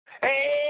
Hey